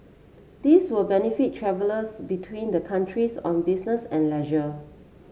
this will benefit travellers between the countries on business and leisure